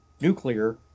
nuclear